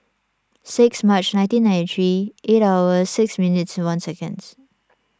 six March nineteen ninety three eight hours six minutes one seconds